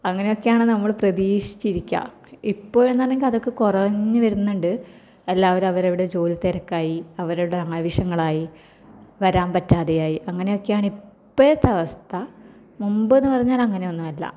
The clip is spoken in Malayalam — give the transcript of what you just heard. അങ്ങനെയൊക്കെയാണ് നമ്മൾ പ്രതീക്ഷിച്ച് ഇരിക്കുക ഇപ്പോഴെന്ന് പറഞ്ഞെങ്കിൽ അത് കുറഞ്ഞ് വരുന്നുണ്ട് എല്ലാവരും അവരവരുടെ ജോലി തിരക്കായി അവരുടെ ആവശ്യങ്ങളായി വരാൻ പറ്റാതെയായി അങ്ങനെക്കെയാണ് ഇപ്പോഴത്തെ അവസ്ഥ മുമ്പെന്ന് പറഞ്ഞാൽ അങ്ങനെയൊന്നുമല്ല